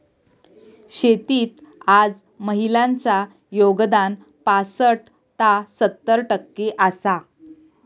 शेतीत आज महिलांचा योगदान पासट ता सत्तर टक्के आसा